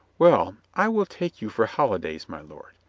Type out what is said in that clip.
well, i will take you for holidays, my lord.